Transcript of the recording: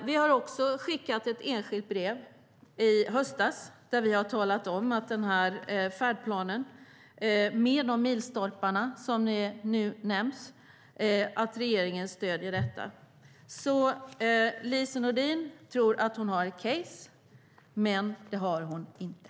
Vi skickade också ett enskilt brev i höstas där vi talade om att regeringen stöder färdplanen med de milstolparna som nu nämns. Lise Nordin tror att hon har ett case, men det har hon alltså inte.